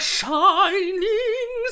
shining